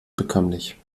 bekömmlich